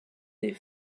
des